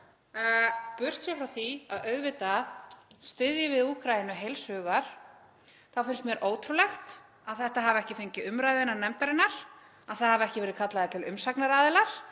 Burt séð frá því að auðvitað styðjum við Úkraínu heils hugar þá finnst mér ótrúlegt að þetta hafi ekki fengið umræðu innan nefndarinnar, að það hafi ekki verið kallaðir til umsagnaraðilar,